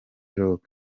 rock